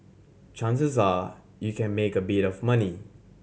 chances are you can make a bit of money